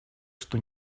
что